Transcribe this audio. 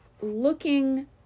looking